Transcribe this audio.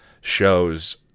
shows